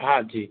हाँ जी